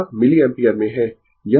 यह मिलिएम्पियर में है